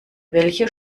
welche